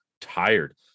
tired